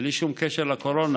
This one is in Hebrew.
בלי שום קשר לקורונה?